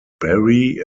barrie